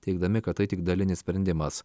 teigdami kad tai tik dalinis sprendimas